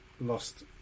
lost